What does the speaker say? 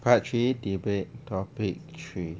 part three debate topic three